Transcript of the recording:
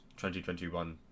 2021